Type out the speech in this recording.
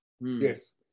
yes